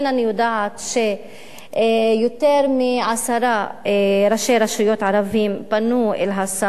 אני יודעת שיותר מעשרה ראשי רשויות ערבים פנו אל השר.